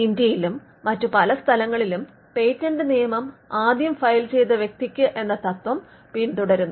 ഇന്ത്യയിലും മറ്റ് പല സ്ഥലങ്ങളിലും പേറ്റന്റ് നിയമം ആദ്യം ഫയൽ ചെയ്ത വ്യക്തിക്ക് എന്ന തത്ത്വം പിന്തുടരുന്നു